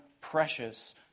precious